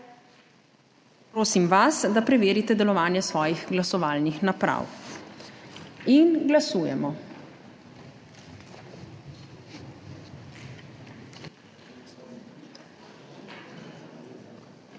Prosim vas, da preverite delovanje svojih glasovalnih naprav. Glasujemo.